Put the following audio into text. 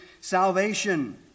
salvation